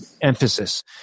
emphasis